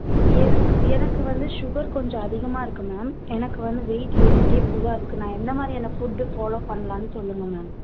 எனக்கு எனக்கு வந்து ஷுகர் கொஞ்சம் அதிகமாக இருக்குது மேம் எனக்கு வந்து வெய்ட் ஏறிக்கிட்டேப்போகுது அதுக்கு நான் என்ன மாதிரியான ஃபுட் ஃபாலோ பண்ணலாம்ன்னு சொல்லுங்கள் மேம்